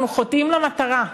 אנחנו חוטאים למטרה.